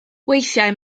weithiau